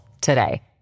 today